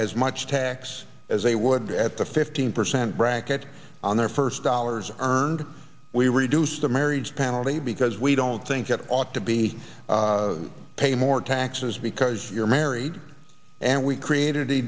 as much tax as they would at the fifteen percent bracket on their first dollars earned we reduced the marriage penalty because we don't think it ought to be pay more taxes because you're married and we created a